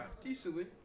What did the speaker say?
decently